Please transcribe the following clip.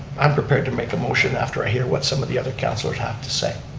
i'm prepared to make a motion after i hear what some of the other councilors have to say.